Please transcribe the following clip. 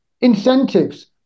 Incentives